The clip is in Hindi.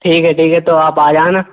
ठीक है ठीक है तो आप आ जाना